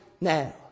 now